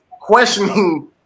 questioning